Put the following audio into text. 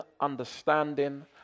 understanding